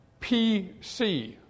PC